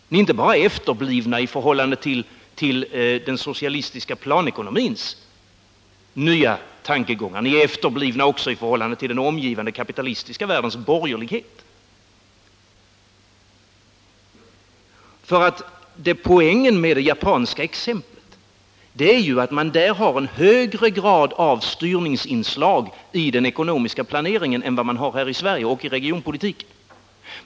Ni är inte bara efterblivna i förhållande till den socialistiska planekonomins nya tankegångar, ni är efterblivna också i förhållande till den omgivande kapitalistiska världens borgerlighet. Poängen med det japanska exemplet är ju att man i Japan har mer av styrningsinslag i den ekonomiska planeringen än vad vi har här i Sverige.